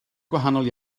gwahanol